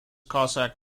cossack